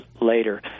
later